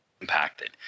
impacted